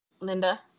Linda